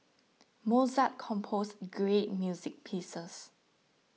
Mozart composed great music pieces